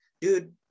dude